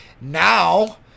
Now